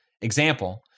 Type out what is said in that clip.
example